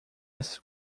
essas